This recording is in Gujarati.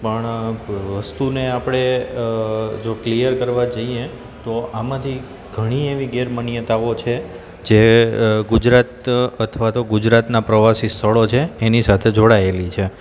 પણ વસ્તુને આપણે જો ક્લિયર કરવા જઈએ તો આમાંથી ઘણી એવી ગેરમાન્યતાઓ છે જે ગુજરાત અથવા તો ગુજરાતનાં પ્રવાસી સ્થળો છે એની સાથે જોડાયેલી છે